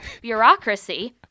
bureaucracy